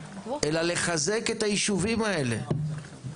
אלא לחזק את היישובים האלה.